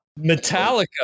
Metallica